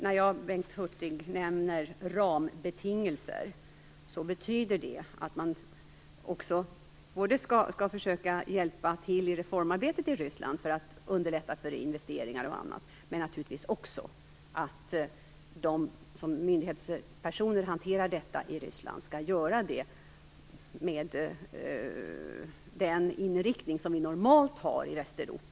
När jag, Bengt Hurtig, nämner rambetingelser betyder det att man skall försöka att hjälpa till i reformarbetet i Ryssland för att underlätta investeringar och annat, men det betyder naturligtvis också att myndighetspersoner i Ryssland skall hantera detta med den inriktning som vi normalt har i Västeuropa.